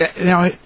now